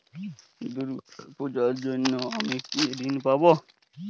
দুর্গা পুজোর জন্য কি আমি ঋণ পাবো?